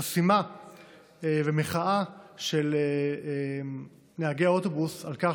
חסימה ומחאה של נהגי האוטובוס על כך